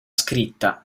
scritta